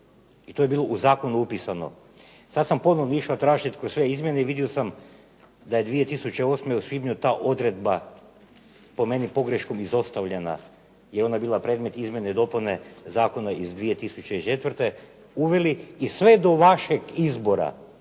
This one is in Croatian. i to je bilo u zakonu upisano. Sad sam ponovno išao tražiti kroz sve izmjene i vidio sam da je 2008. u svibnju ta odredba po meni pogreškom izostavljena jer je ona bila predmet izmjene i dopune zakona iz 2004. uveli i sve do vašeg izbora